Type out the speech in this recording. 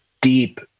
deep